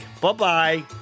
Bye-bye